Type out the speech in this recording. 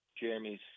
Jeremy's